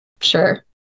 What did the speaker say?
Sure